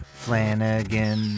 Flanagan